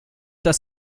dass